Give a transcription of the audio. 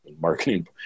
marketing